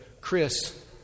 Chris